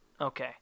Okay